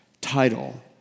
title